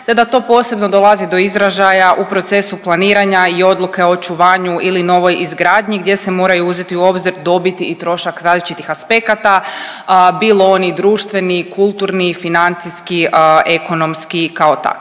te da to posebno dolazi do izražaja u procesu planiranja i odluke o očuvanju ili novoj izgradnji gdje se moraju uzeti u obzir dobiti i trošak različitih aspekata, bilo oni društveni, kulturni, financijski, ekonomski kao takvi.